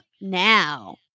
now